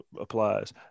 applies